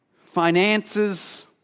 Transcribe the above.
finances